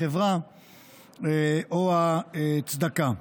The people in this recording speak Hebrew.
החברה או הצדקה.